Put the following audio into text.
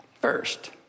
first